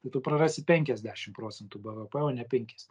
tai tu prarasi penkiasdešim procentų bvp o ne penkis